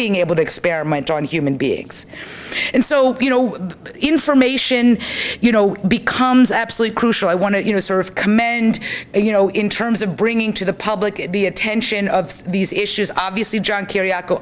being able to experiment on human beings and so you know information you know becomes absolutely crucial i want to you know sort of commend you know in terms of bringing to the public the attention of these issues obviously john